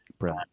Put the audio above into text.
Right